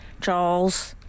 Charles